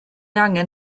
angen